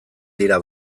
dira